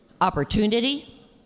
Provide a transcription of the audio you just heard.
Opportunity